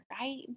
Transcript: right